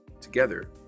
Together